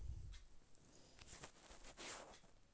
Personal loan कोन कोन चिज ल मिल है और केतना दिन में मिल जा है?